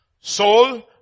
Soul